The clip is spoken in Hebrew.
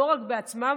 לא רק בעצמם,